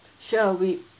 sure we